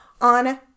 On